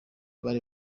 bari